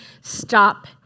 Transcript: stop